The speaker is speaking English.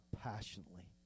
passionately